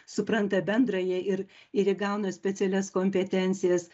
supranta bendrąją ir ir įgauna specialias kompetencijas